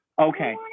Okay